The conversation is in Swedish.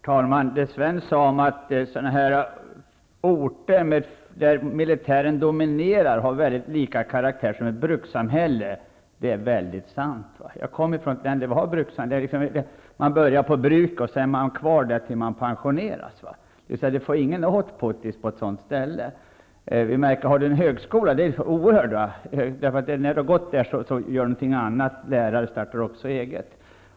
Herr talman! Det är mycket sant det Sven Lundberg sade om att orter där militären dominerar till karaktären mycket liknar brukssamhällen. Jag kommer från ett län där vi har brukssamhällen. Man börjar arbeta på bruket och blir kvar där tills man pensioneras. Det är stor skillnad om man har en högskola. När människor har gått ut därifrån gör de något annat, och lärare startar också eget.